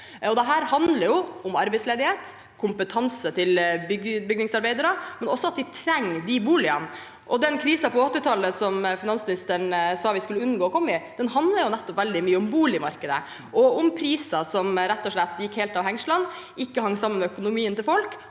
Dette handler om arbeidsledighet, kompetansen til bygningsarbeidere og at man trenger boligene. Krisen på 1980-tallet, som finansministeren sa vi skulle unngå å komme i, handlet nettopp veldig mye om boligmarkedet, om priser som rett og slett gikk helt av hengslene og ikke hang sammen med økonomien til folk,